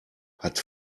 hat